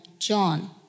John